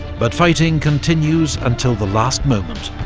but fighting continues until the last moment.